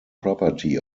property